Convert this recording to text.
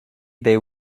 there